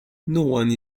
noone